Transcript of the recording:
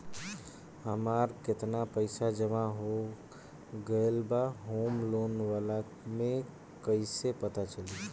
हमार केतना पईसा जमा हो गएल बा होम लोन वाला मे कइसे पता चली?